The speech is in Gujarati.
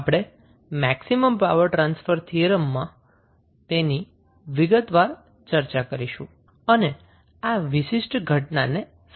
આપણે મેક્સિમમ પાવર ટ્રાન્સફર થીયરમમાં તેની વિગતવાર ચર્ચા કરીશું અને આ વિશિષ્ટ ઘટનાને સમજીશું